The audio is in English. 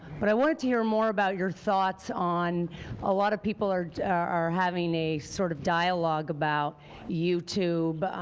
but i wanted to hear more about your thoughts on a lot of people are are having a sort of dialogue about youtube,